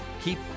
keep